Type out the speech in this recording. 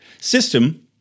system